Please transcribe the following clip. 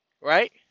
Right